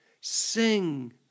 Sing